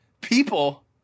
People